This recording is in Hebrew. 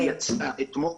אתמול,